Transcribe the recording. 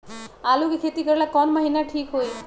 आलू के खेती करेला कौन महीना ठीक होई?